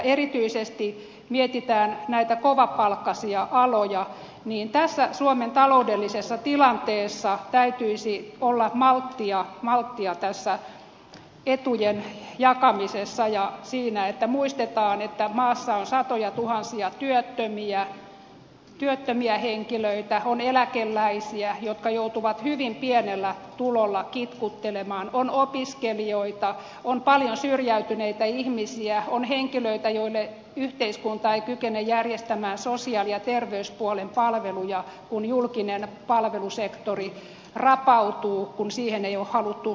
erityisesti kun mietitään näitä kovapalkkaisia aloja niin tässä suomen taloudellisessa tilanteessa täytyisi olla malttia etujen jakamisessa ja pitäisi muistaa että maassa on satojatuhansia työttömiä henkilöitä on eläkeläisiä jotka joutuvat hyvin pienellä tulolla kitkuttelemaan on opiskelijoita on paljon syrjäytyneitä ihmisiä on henkilöitä joille yhteiskunta ei kykene järjestämään sosiaali ja terveyspuolen palveluja kun julkinen palvelusektori rapautuu kun siihen ei ole haluttu sijoittaa